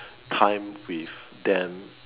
time with them